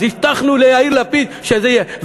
אז הבטחנו ליאיר לפיד שזה יהיה.